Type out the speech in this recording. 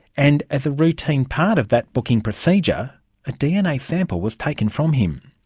and as a routine part of that booking procedure a dna sample was taken from him.